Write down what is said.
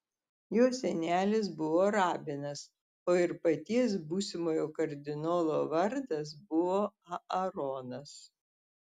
jo senelis buvo rabinas o ir paties būsimojo kardinolo vardas buvo aaronas